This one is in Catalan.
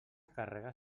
càrrega